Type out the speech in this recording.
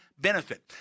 benefit